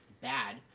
bad